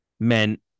meant